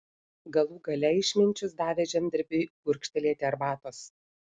galų gale išminčius davė žemdirbiui gurkštelėti arbatos